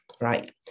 Right